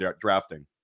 drafting